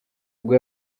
ubwo